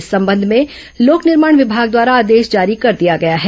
इस संबंध में लोक निर्माण विभाग द्वारा आदेश जारी कर दिया गया है